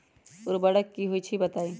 उर्वरक की होई छई बताई?